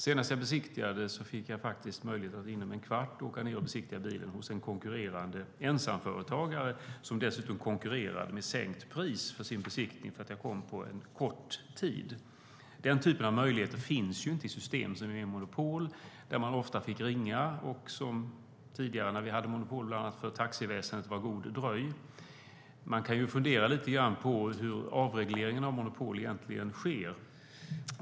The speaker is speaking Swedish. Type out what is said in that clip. Senast fick jag faktiskt möjlighet att inom en kvart åka ned och besiktiga bilen hos en konkurrerande ensamföretagare, som dessutom konkurrerar med sänkt pris för sin besiktning när man kommer med kort varsel. Den typen av möjligheter fanns inte i systemet med monopol. När vi tidigare hade monopolet för taxiväsendet fick man ofta ringa och höra "var god dröj". Man kan fundera lite grann på hur avregleringen av monopol egentligen sker.